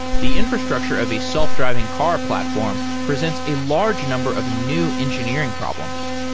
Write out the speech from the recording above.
the infrastructure of a self-driving car platform presents a large number of new engineering problems.